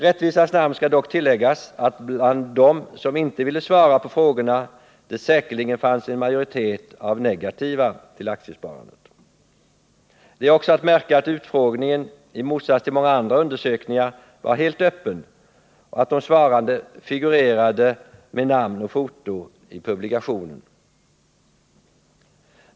I rättvisans namn skall dock tilläggas att bland dem som inte ville svara på frågorna fanns det säkerligen en majoritet av negativa till aktiesparandet. Det är också att märka att utfrågningen i motsats till många andra undersökningar var helt öppen och att de svarande figurerade med namn och foto i publikationen.